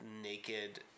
naked